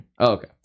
okay